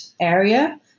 area